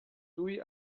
tuj